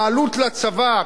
והעלות לצבא,